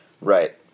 Right